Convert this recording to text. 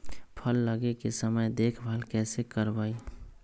फल लगे के समय देखभाल कैसे करवाई?